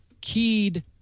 keyed